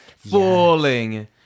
falling